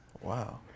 Wow